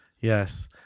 Yes